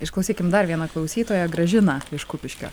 išklausykim dar vieną klausytoją gražiną iš kupiškio